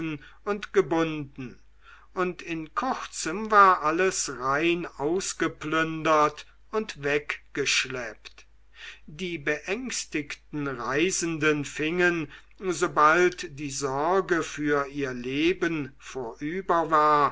und gebunden und in kurzem war alles rein ausgeplündert und weggeschleppt die beängstigten reisenden fingen sobald die sorge für ihr leben vorüber war